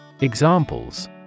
Examples